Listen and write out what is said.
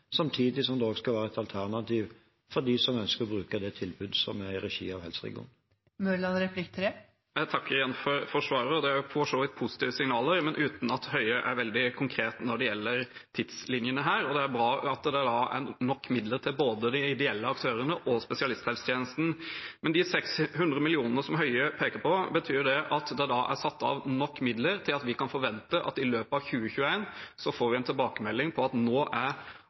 samtidig som det også skal være et alternativ for dem som ønsker å bruke det tilbudet som er i regi av helseregionen. Jeg takker igjen for svaret. Det er for så vidt positive signaler, men uten at statsråd Høie er veldig konkret når det gjelder tidslinjene her, og det er bra at det er nok midler til både de ideelle aktørene og spesialisthelsetjenesten. Men de 600 mill.kr som statsråd Høie peker på, betyr det at det er satt av nok midler til at vi kan forvente at vi i løpet av 2021 får en tilbakemelding på at nå er